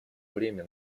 время